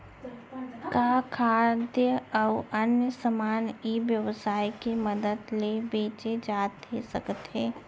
का खाद्य अऊ अन्य समान ई व्यवसाय के मदद ले बेचे जाथे सकथे?